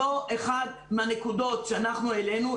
זאת אחת מהנקודות שאנחנו העלינו.